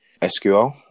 SQL